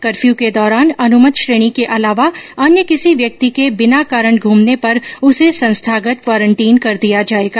curfew के दौरान अनुमत श्रेणी के अलावा अन्य किसी व्यक्ति के बिना कारण घूमने पर उसे संस्थागत क्वारेन्टीन कर दिया जायेगा